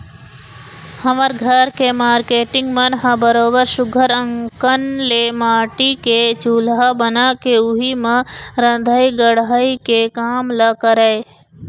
हमर घर के मारकेटिंग मन ह बरोबर सुग्घर अंकन ले माटी के चूल्हा बना के उही म रंधई गड़हई के काम ल करय